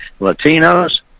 Latinos